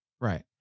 Right